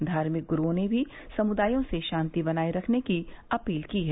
धार्मिक गुरूओं ने भी समुदायों से शांति बनाए रखने की अपील की है